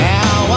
Now